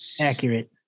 Accurate